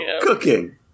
cooking